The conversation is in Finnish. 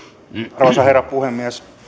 arvoisa herra puhemies